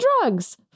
drugs